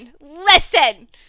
listen